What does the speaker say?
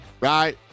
right